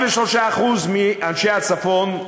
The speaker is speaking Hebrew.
43% מאנשי הצפון,